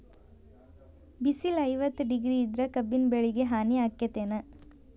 ಬಿಸಿಲ ಐವತ್ತ ಡಿಗ್ರಿ ಇದ್ರ ಕಬ್ಬಿನ ಬೆಳಿಗೆ ಹಾನಿ ಆಕೆತ್ತಿ ಏನ್?